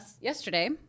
yesterday